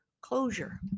closure